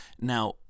Now